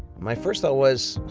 my first thought was,